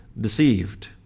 deceived